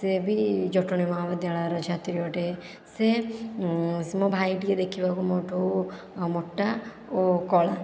ସିଏ ବି ଜଟଣୀ ମହାବିଦ୍ୟାଳୟର ଛାତ୍ରୀ ଅଟେ ସେ ମୋ ଭାଇ ଟିକେ ଦେଖିବାକୁ ମୋଠୁ ମୋଟା ଓ କଳା